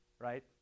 right